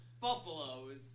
buffaloes